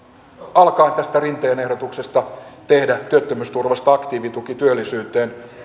alkaen tästä rinteen ehdotuksesta tehdä työttömyysturvasta aktiivituki työllisyyteen